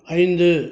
ஐந்து